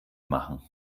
machen